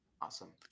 Awesome